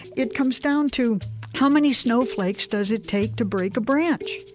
it comes down to how many snowflakes does it take to break a branch?